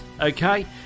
Okay